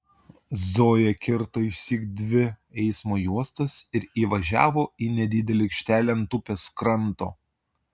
zoja kirto išsyk dvi eismo juostas ir įvažiavo į nedidelę aikštelę ant upės kranto